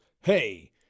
Hey